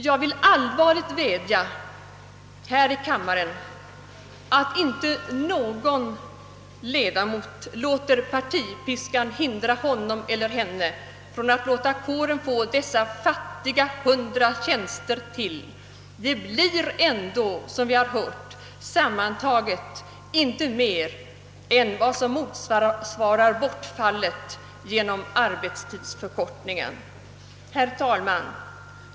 Jag vill allvarligt vädja till kammaren att inte någon ledamot låter partipiskan hindra honom eller henne från att låta kåren få dessa fattiga hundra tjänster till. Det blir ändå, som vi har hört, sammanlagt inte mer än vad som motsvarar bortfallet genom arbetstidsförkortningen. Herr talman!